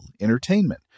entertainment